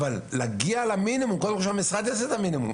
אבל קודם שהמשרד יעשה את המינימום.